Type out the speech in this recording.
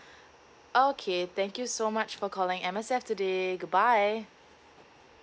okay thank you so much for calling M_S_F today goodbye